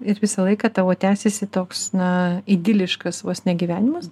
ir visą laiką tavo tęsėsi toks na idiliškas vos ne gyvenimas